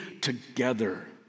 together